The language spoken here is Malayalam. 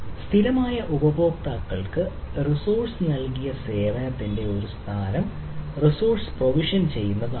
സ്ഥിരമായ ഉപഭോക്താക്കൾക്ക് റിസോഴ്സ്സ് നൽകിയ സേവനത്തിന്റെ ഒരു സ്ഥാനം റിസോഴ്സ് പ്രൊവിഷൻ ചെയ്യുന്നത് ആണ്